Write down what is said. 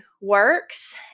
works